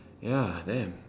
ya damn